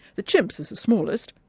the chimp's is the smallest,